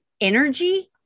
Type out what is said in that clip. energy